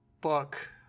book